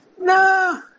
No